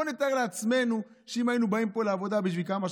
בואו נתאר לעצמנו שאם היינו באים פה לעבודה בשביל כמה שקלים,